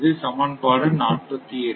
இது சமன்பாடு 48